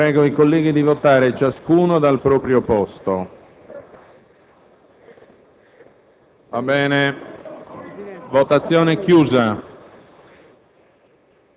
Invito i colleghi a votare ciascuno dal proprio posto.